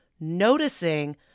noticing